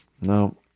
no